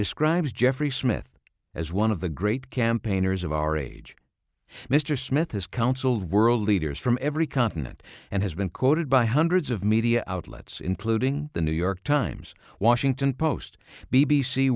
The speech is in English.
describes jeffrey smith as one of the great campaigners of our age mr smith has counseled world leaders from every continent and has been quoted by hundreds of media outlets including the new york times washington post b